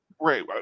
Right